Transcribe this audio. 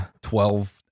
twelve